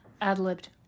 Ad-libbed